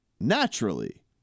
naturally